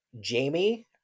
Jamie